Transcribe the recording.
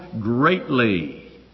greatly